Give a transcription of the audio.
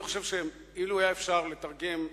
אני חושב שאילו היה אפשר לתרגם,